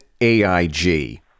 AIG